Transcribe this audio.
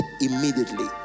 immediately